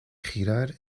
girar